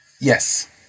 Yes